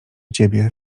ciebie